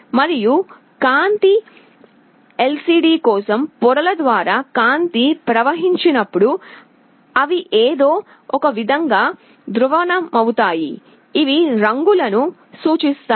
మరియు కాంతి ఎల్సిడి కోసం పొరల ద్వారా కాంతి ప్రవహించినప్పుడు అవి ఏదో ఒక విధంగా ధ్రువణమవుతాయి ఇవి రంగులను సూచిస్తాయి